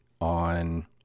on